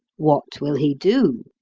what will he do?